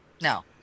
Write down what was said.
No